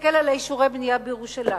תסתכל על אישורי הבנייה בירושלים,